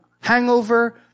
hangover